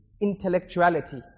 intellectuality